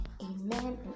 Amen